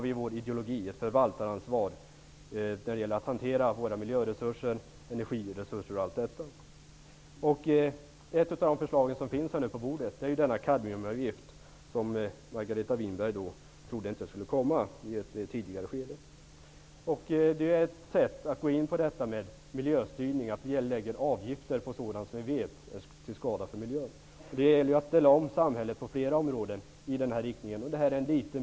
I vår ideologi har vi ett förvaltaransvar där det gäller att hantera våra miljöresurser, energiresurser osv. Ett av de förslag som finns här på bordet är den kadmiumavgift som Margareta Winberg i ett tidigare skede inte trodde skulle komma. Det är ett sätt att gå in på detta med miljöstyrning. Vi lägger avgifter på sådant som vi vet är till skada för miljön. Det gäller att ställa om samhället i den här riktningen på flera områden.